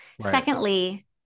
secondly